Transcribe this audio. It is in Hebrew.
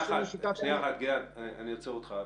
שנייה, גלעד, אני עוצר אותך.